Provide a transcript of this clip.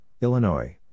Illinois